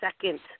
second